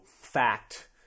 FACT